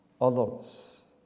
others